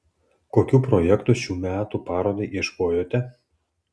kokių projektų šių metų parodai ieškojote